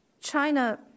China